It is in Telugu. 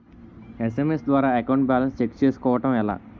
ఎస్.ఎం.ఎస్ ద్వారా అకౌంట్ బాలన్స్ చెక్ చేసుకోవటం ఎలా?